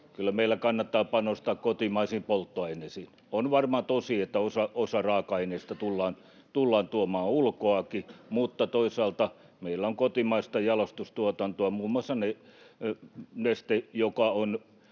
että meillä kannattaa panostaa kotimaisiin polttoaineisiin. On varmaan tosi, että osa raaka-aineista tullaan tuomaan ulkoakin, mutta toisaalta meillä on kotimaista jalostustuotantoa, muun muassa Neste, joka on